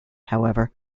however